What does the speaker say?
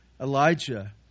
Elijah